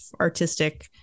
artistic